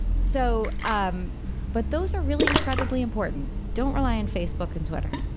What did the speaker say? so um but those are really incredibly important. don't rely on facebook and twitter,